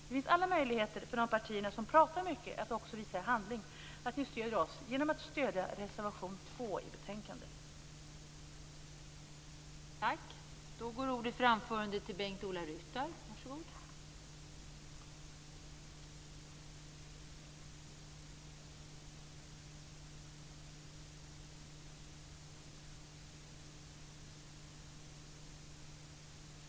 Det finns alla möjligheter för de partier som pratar mycket att också i handling visa att de stöder oss, nämligen genom att yrka bifall till reservation 2 i betänkandet.